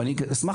ואני פה,